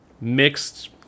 mixed